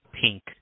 pink